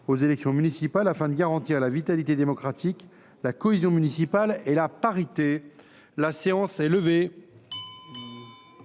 aux élections municipales afin de garantir la vitalité démocratique, la cohésion municipale et la parité, présentée